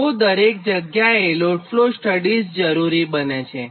તો દરેક જગ્યાએ લોડ ફ્લો સ્ટડીઝ જરૂરી છે